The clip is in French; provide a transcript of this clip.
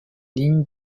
lignes